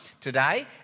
today